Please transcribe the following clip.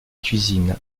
cuisine